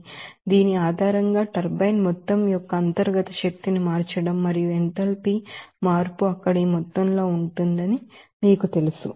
కాబట్టి దీని ఆధారంగా టర్బైన్ ఈ మొత్తం యొక్క ఇంటర్నల్ ఎనర్జీని మార్చడం మరియు ఎంథాల్పీ మార్పు అక్కడ ఈ మొత్తంలో ఉంటుందని మీకు తెలుసు